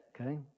okay